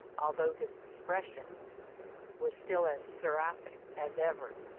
although his expression was still as seraphic as ever,